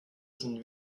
sind